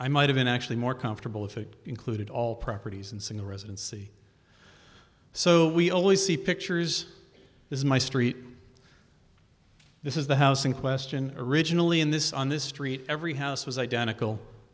might have been actually more comfortable if it included all properties and single residency so we always see pictures is my street this is the house in question originally in this on this street every house was identical